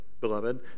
beloved